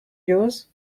yours